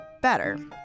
better